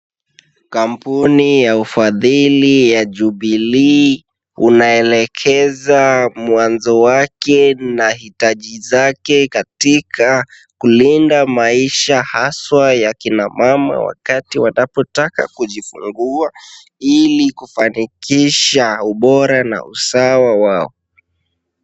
Kampuni ya ufadhili ya Jubilee, unaelekeza mwanzo wake na hitaji zake katika kulinda maisha haswa ya akina mama, wakati wanataka kujifungua ili kufanikisha ubora na usawa wao.